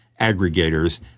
aggregators